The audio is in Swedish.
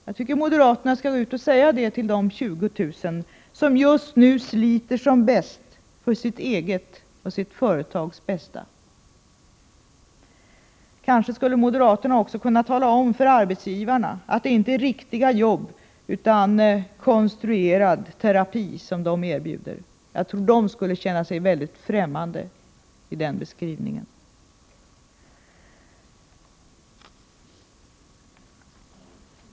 Jag tycker att moderaterna skall gå ut och säga det till de ca 20 000 som just nu sliter som bäst för sitt eget och sitt företags bästa. Kanske skulle moderaterna också kunna tala om för arbetsgivarna att det inte är riktiga jobb utan konstruerad terapi som de erbjuder. Jag tror att dessa skulle känna sig mycket främmande för den beskrivningen.